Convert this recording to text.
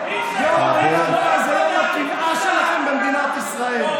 יום הנכבה זה יום הקנאה שלכם במדינת ישראל.